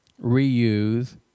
reuse